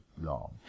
long